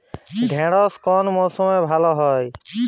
ঢেঁড়শ কোন মরশুমে ভালো হয়?